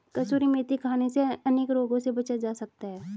कसूरी मेथी खाने से अनेक रोगों से बचा जा सकता है